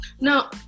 Now